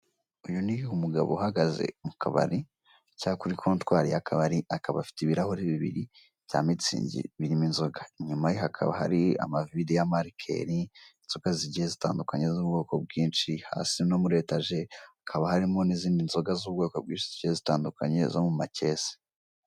Uyu ni umugabo uhagaze mu kabari cyangwa kuri kontwari y' akabari; akaba afite ibirahure bibiri bya mitsingi birimo inzoga, inyuma ye hakaba hari: amavide y'amarikeri, inzoga zigiye zitandukanye z'ubwoko bwinshi, hasi no muri etajeri, hakaba harimo n'izindi nzoga z'ubwoko bwinshi zigiye zitandukanye zo mu macyesi.